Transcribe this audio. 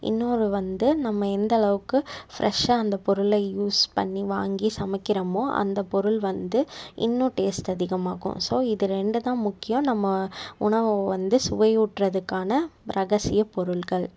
இன்னொரு வந்து நம்ம எந்த அளவுக்கு ஃப்ரெஷ்ஷாக அந்த பொருளை யூஸ் பண்ணி வாங்கி சமைக்கிறோமோ அந்த பொருள் வந்து இன்னும் டேஸ்ட் அதிகமாக்கும் ஸோ இது ரெண்டு தான் முக்கியம் நம்ம உணவை வந்து சுவையூட்டுறதுக்கான ரகசிய பொருள்கள்